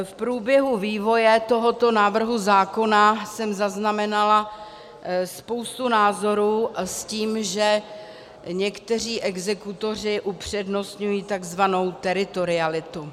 V průběhu vývoje tohoto návrhu zákona jsem zaznamenala spoustu názorů s tím, že někteří exekutoři upřednostňují tzv. teritorialitu.